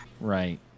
right